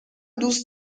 دوست